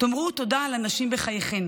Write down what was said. תאמרו תודה לנשים בחייכם,